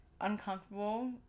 uncomfortable